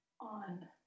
on